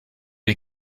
les